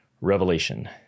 Revelation